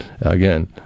Again